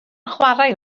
chwarae